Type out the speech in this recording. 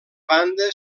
banda